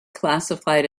classified